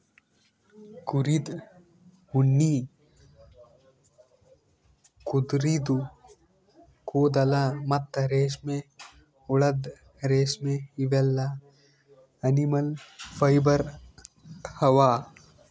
ಕುರಿದ್ ಉಣ್ಣಿ ಕುದರಿದು ಕೂದಲ ಮತ್ತ್ ರೇಷ್ಮೆಹುಳದ್ ರೇಶ್ಮಿ ಇವೆಲ್ಲಾ ಅನಿಮಲ್ ಫೈಬರ್ ಅವಾ